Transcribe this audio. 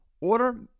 Order